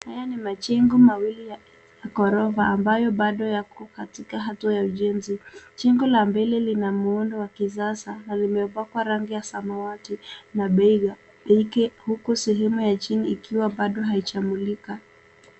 Haya ni majengo mawili ya ghorofa ambayo bado yako katika hatua ya ujenzi. Jengo la mbele Lina muundo wa kisasa na limepakwa rangi ya samawati na beike huku sehemu ya chini ikiwa bado haijamulika.